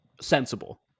sensible